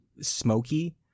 smoky